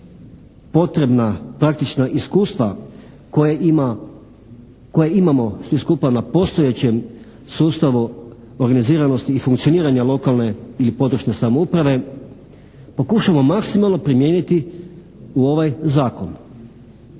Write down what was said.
potrebna, praktična iskustva koja ima, koja imamo svi skupa na postojećem sustavu organiziranosti i funkcioniranja lokalne ili područne samouprave pokušamo maksimalno primijeniti u ovaj zakon.